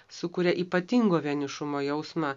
sukuria ypatingo vienišumo jausmą